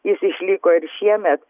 jis išliko ir šiemet